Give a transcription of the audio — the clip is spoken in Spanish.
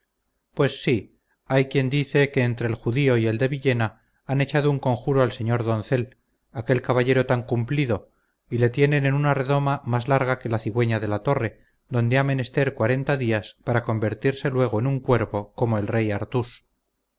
pues sí hay quien dice que entre el judío y el de villena han echado un conjuro al señor doncel aquel caballero tan cumplido y le tienen en una redoma más larga que la cigüeña de la torre donde ha menester cuarenta días para convertirse luego en un cuervo como el rey artús